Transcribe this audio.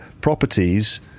properties